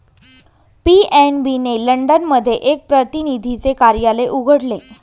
PNB ने London मध्ये एक प्रतिनिधीचे कार्यालय उघडले